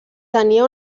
tenia